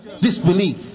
disbelief